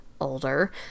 older